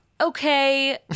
Okay